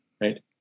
Right